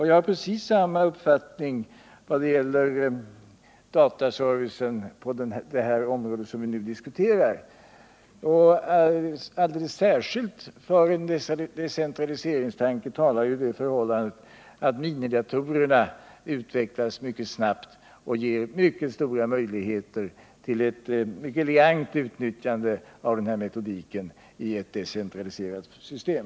Jag har precis samma uppfattning vad gäller dataservicen på det område som vi nu diskuterar. Alldeles särskilt för en decentraliseringstanke talar det förhållandet att minidatorerna utvecklas mycket snabbt och ger mycket stora möjligheter till ett elegant utnyttjande av den här metodiken i ett decentraliserat system.